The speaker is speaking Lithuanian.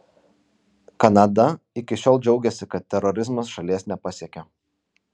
kanada iki šiol džiaugėsi kad terorizmas šalies nepasiekia